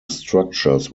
structures